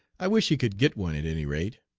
i wish he could get one at any rate.